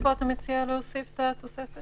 איפה אתה מציע להוסיף את התוספת?